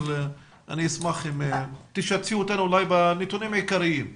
אבל אני אשמח אם תשתפי אותנו אולי בנתונים העיקריים.